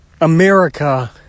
America